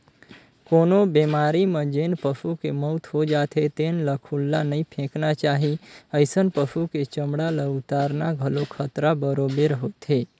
कोनो बेमारी म जेन पसू के मउत हो जाथे तेन ल खुल्ला नइ फेकना चाही, अइसन पसु के चमड़ा ल उतारना घलो खतरा बरोबेर होथे